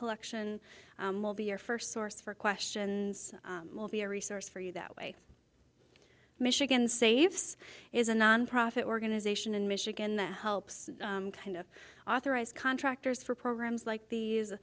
collection will be your first source for questions will be a resource for you that way michigan saves is a nonprofit organization in michigan that helps kind of authorize contractors for programs like the